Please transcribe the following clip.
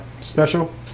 special